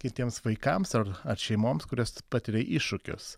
kitiems vaikams ar šeimoms kurios patiria iššūkius